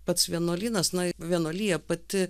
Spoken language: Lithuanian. pats vienuolynas na vienuolija pati